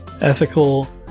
ethical